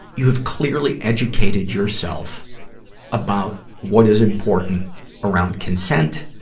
you've clearly educated yourself about what is important around consent,